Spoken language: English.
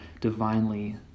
divinely